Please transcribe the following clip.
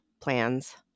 plans